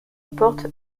porte